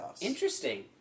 Interesting